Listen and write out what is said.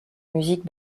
musique